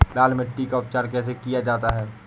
लाल मिट्टी का उपचार कैसे किया जाता है?